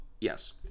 yes